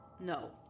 No